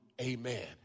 amen